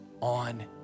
on